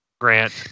Grant